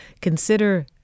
Consider